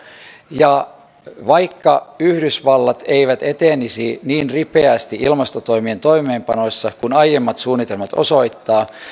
ja vaikka yhdysvallat ei etenisi niin ripeästi ilmastotoimien toimeenpanoissa kuin aiemmat suunnitelmat osoittavat